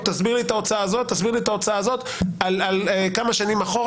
ותסביר לי את ההוצאה הזו והזו כמה שנים אחורה.